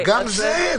גם זה.